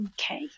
Okay